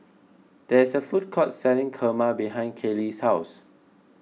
there is a food court selling Kurma behind Kaylie's house